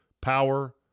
power